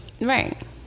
Right